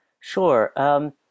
Sure